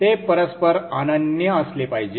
ते परस्पर अनन्य असले पाहिजेत